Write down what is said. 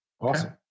Awesome